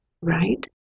right